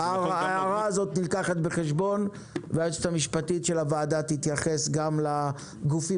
ההערה הזאת נלקחת בחשבון והיועצת המשפטית של הוועדה תתייחס גם לגופים